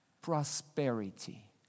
prosperity